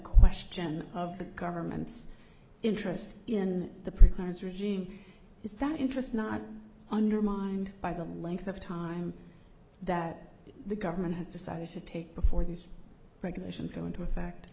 question of the government's interest in the prisoner's regime is that interest not undermined by the length of time that the government has decided to take before these regulations go into effect